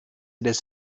des